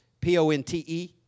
P-O-N-T-E